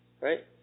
Right